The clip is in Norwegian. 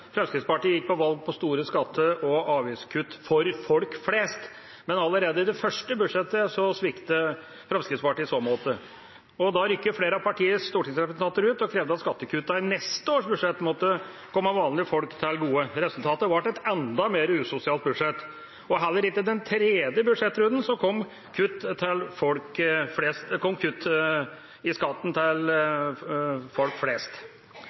Fremskrittspartiet gikk til valg på store skatte- og avgiftskutt – for folk flest – men allerede i det første budsjettet sviktet Fremskrittspartiet i så måte. Da rykket flere av partiets stortingsrepresentanter ut og krevde at skattekuttene i neste års budsjett måtte komme vanlige folk til gode. Resultatet ble et enda mer usosialt budsjett. Heller ikke i den tredje budsjettrunden kom det kutt i skatten for folk flest.